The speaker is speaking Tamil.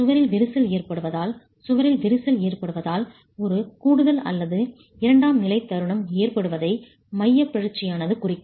சுவரில் விரிசல் ஏற்படுவதால் சுவரில் விரிசல் ஏற்படுவதால் ஒரு கூடுதல் அல்லது இரண்டாம் நிலைத் தருணம் ஏற்படுவதை மையப் பிறழ்ச்சியானது குறிக்கும்